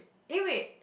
eh wait